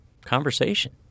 conversation